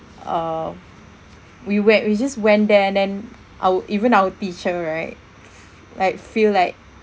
uh we wer~ we just went there and then our even our teacher right like feel like